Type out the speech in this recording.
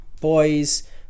boys